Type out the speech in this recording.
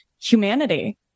humanity